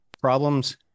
problems